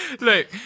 look